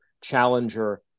challenger